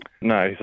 No